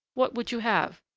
what would you have?